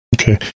Okay